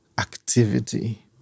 activity